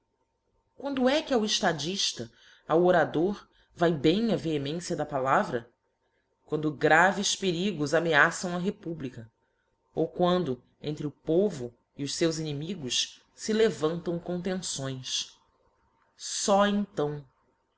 quando é que ao eftadilla ao orador vae bem a vehemencia da palavra quando graves perigos ameaçam a republica ou quando entre o povo e os feus inimigos fe levantam contenções só então